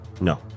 No